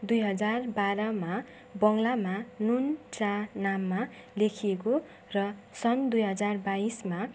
दुई हजार बाह्रमा बङ्गलामा नुन चा नाममा लेखिएको र सन् दुई हजार बाइसमा